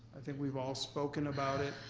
i think we've all spoken about it.